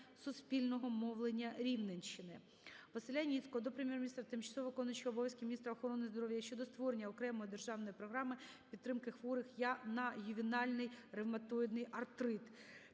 Суспільного мовлення Рівненщини.